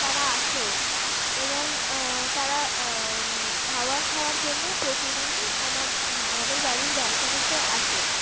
তারা আসেও এবং তারা খাবার খাওয়ার জন্য প্রতিদিনই আম আমাদের বাড়ির ব্যালকানিতে আসে